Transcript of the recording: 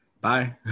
Bye